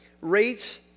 rates